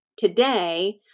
Today